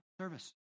service